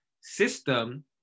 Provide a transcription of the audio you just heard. system